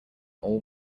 all